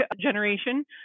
generation